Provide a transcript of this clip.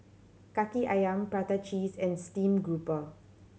Kaki Ayam prata cheese and steamed grouper